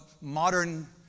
modern